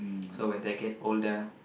so when they get older